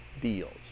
deals